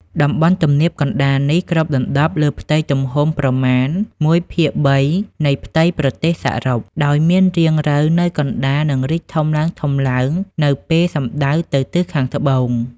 តំបន់ទំនាបកណ្ដាលនេះគ្របដណ្ដប់លើទំហំប្រមាណ ១/៣ នៃផ្ទៃប្រទេសសរុប ដោយមានរាងរៅវនៅកណ្ដាល និងរីកធំឡើងៗនៅពេលសំដៅទៅទិសខាងត្បូង។